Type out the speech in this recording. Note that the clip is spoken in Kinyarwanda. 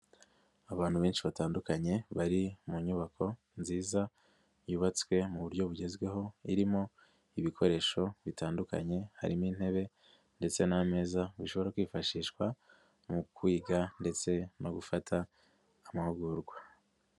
Abantu benshi batandukanye, bari mu nyubako nziza, yubatswe mu buryo bugezweho, irimo ibikoresho bitandukanye, harimo intebe ndetse n'ameza, bishobora kwifashishwa mu kwiga ndetse no gufata amahugurwa.